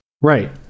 Right